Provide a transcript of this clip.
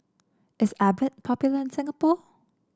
is Abbott popular in Singapore